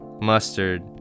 mustard